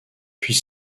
puis